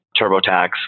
TurboTax